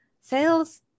sales